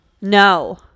No